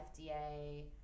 FDA